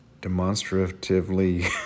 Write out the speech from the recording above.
demonstratively